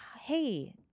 hey